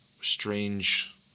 strange